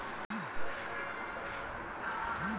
का खेत मा कुंआ खोदवाना बने होही?